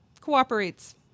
cooperates